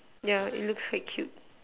yeah it looks quite cute